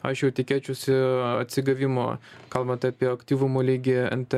aš jau tikėčiausi atsigavimo kalbant apie aktyvumo lygį nt